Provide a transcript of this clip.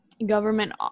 government